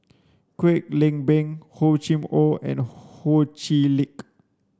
Kwek Leng Beng Hor Chim Or and Ho Chee Lick